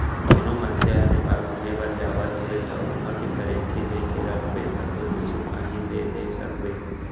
कोनो मनसे ह नेपाल घुमे बर जावत हे ता उहाँ के करेंसी लेके रखबे तभे कुछु काहीं ले दे सकबे